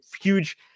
huge